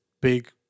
big